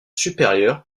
supérieures